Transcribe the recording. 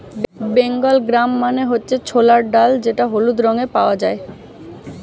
Bengal gram মানে হচ্ছে ছোলার ডাল যেটা হলুদ রঙে পাওয়া যায়